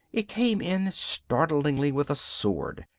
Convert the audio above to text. it came in startlingly with a sword,